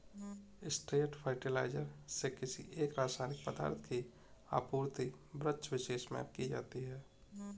straight fertilizer से किसी एक रसायनिक पदार्थ की आपूर्ति वृक्षविशेष में की जाती है